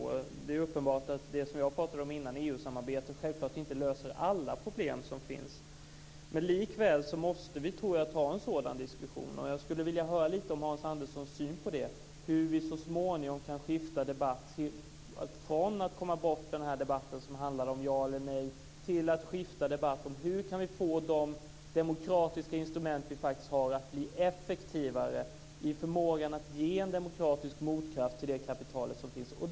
Det är uppenbart att det som jag pratade om tidigare, EU-samarbetet, självklart inte löser alla problem som finns. Likväl tror jag att vi måste ta en sådan diskussion, och jag skulle vilja höra lite om Hans Anderssons syn på hur vi så småningom kan skifta debatt och komma från den debatt som handlar om ja eller nej till en debatt om hur vi kan få de demokratiska instrument som vi faktiskt har att bli effektivare vad gäller att ge en demokratisk motkraft till det kapital som finns.